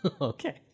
okay